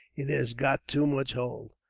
it has got too much hold.